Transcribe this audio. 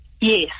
Yes